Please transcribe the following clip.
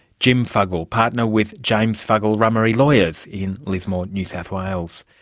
jim fuggle, partner with james fuggle rummery lawyers in lismore, new south wales.